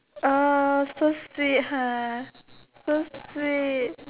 oh so sweet ha so sweet